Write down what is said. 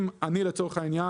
אם אני לצורך העניין,